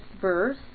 verse